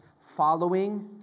following